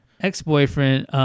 Ex-boyfriend